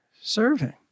serving